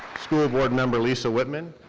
school board member, lisa wittman.